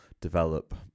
develop